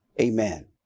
Amen